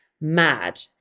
Mad